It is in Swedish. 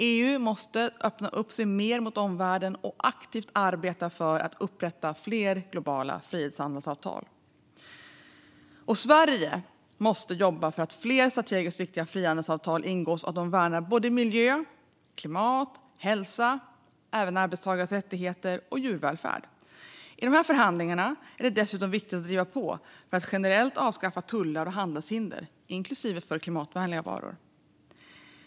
EU måste därför öppna sig mer mot omvärlden och aktivt arbeta för att upprätta fler globala frihandelsavtal. Sverige måste jobba för att fler strategiskt viktiga frihandelsavtal ingås och att de värnar både miljö och klimat, hälsa, arbetstagares rättigheter och djurvälfärd. I dessa förhandlingar är det dessutom viktigt att driva på för att generellt avskaffa tullar och handelshinder, inklusive för klimatvänliga varor.